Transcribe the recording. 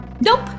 Nope